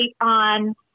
on –